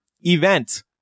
event